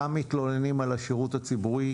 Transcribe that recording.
גם מתלוננים על השירות הציבורי,